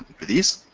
for these,